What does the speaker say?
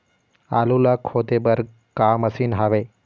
आलू ला खोदे बर का मशीन हावे?